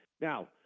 Now